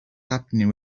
happening